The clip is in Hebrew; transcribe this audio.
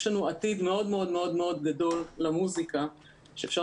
יש לנו עתיד מאוד מאוד גדול במוסיקה שאפשר